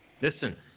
Listen